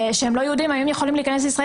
שהם לא יהודים, האם הם יכולים להיכנס לישראל?